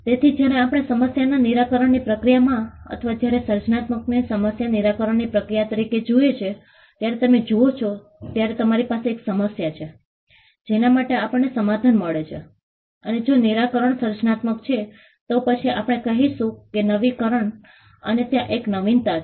તેથી જ્યારે આપણે સમસ્યાના નિરાકરણની પ્રક્રિયામાં અથવા જ્યારે સર્જનાત્મકતાને સમસ્યા નિરાકરણની પ્રક્રિયા તરીકે જુએ છે ત્યારે તમે જુઓ છો ત્યારે તમારી પાસે એક સમસ્યા છે જેના માટે આપણને સમાધાન મળે છે અને જો નિરાકરણ સર્જનાત્મક છે તો પછી આપણે કહીશું કે નવીનીકરણ ત્યારે ત્યાં એક નવીનતા છે